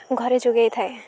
ଘରେ ଯୋଗାଇଥାଏ